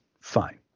fine